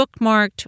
bookmarked